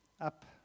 up